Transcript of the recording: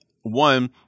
one